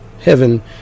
heaven